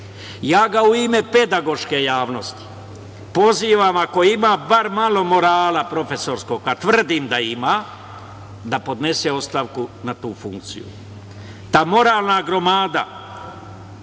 Ja ga u ime pedagoške javnosti pozivam, ako ima bar malo morala profesorskog, a tvrdim da ima, da podnese ostavku na tu funkciju. Ta moralna gromada